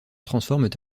transforment